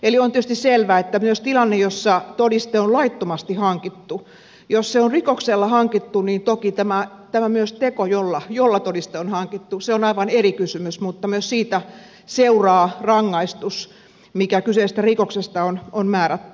on tietysti selvää että myös tilanteessa jossa todiste on laittomasti hankittu jos se on rikoksella hankittu niin toki tämä teko jolla todiste on hankittu on aivan eri kysymys mutta myös siitä seuraa rangaistus mikä kyseisestä rikoksesta on määrätty